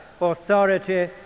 authority